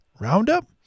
Roundup